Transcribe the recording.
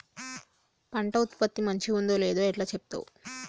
పంట ఉత్పత్తి మంచిగుందో లేదో ఎట్లా చెప్తవ్?